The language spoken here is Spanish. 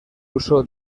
uso